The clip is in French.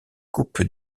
coupe